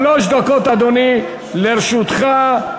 שלוש דקות, אדוני, לרשותך.